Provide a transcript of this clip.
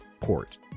port